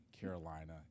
Carolina